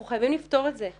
אנחנו חייבים לפתור את זה.